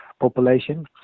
population